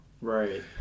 Right